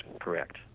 correct